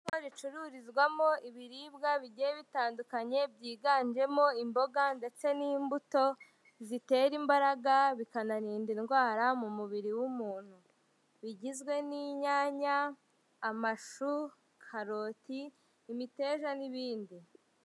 Isoko ricururizwamo ibiribwa bigiye bitandukanye, byiganjemo imboga ndetse n'imbuto zitera imbaraga bikanarinda indwara mu mubiri w'umuntu. Bigizwe n'inyanya, amashu, karoti imiteja n'ibindi.